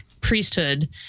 priesthood